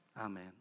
Amen